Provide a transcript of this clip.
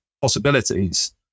possibilities